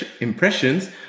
impressions